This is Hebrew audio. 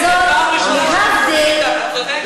הוא קורבן של החברים שלך מה"חמאס", את צודקת.